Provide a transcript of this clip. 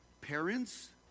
parents